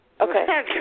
Okay